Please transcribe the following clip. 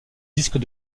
disques